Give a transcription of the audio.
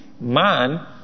man